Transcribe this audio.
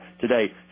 today